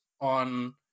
on